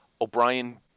O'Brien